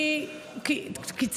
תאמין לי, אני קיצרתי.